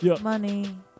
Money